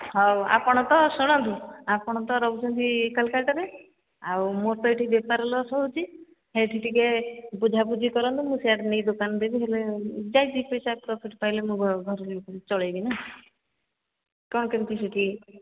ହଉ ଆପଣ ତ ଶୁଣନ୍ତୁ ଆପଣ ତ ରହୁଛନ୍ତି କୋଲକାତାରେ ଆଉ ମୋର ତ ଏଠି ବେପାର ଲସ୍ ହେଉଛି ସେଇଠି ଟିକେ ବୁଝାବୁଝି କରନ୍ତୁ ମୁଁ ସେଆଡ଼େ ନେଇ ଦୋକାନ ଦେବି ହେଲେ ଯାଇ ଦୁଇ ପଇସା ପ୍ରଫିଟ୍ ପାଇଲେ ମୁଁ ଘର ଚଳେଇବି ନା କ'ଣ କେମିତି ସେଠି